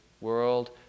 world